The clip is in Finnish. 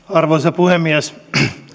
arvoisa puhemies